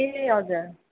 ए हजुर